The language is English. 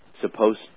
supposed